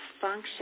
function